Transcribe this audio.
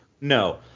No